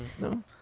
no